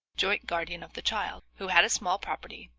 joint guardian of the child, who had a small property,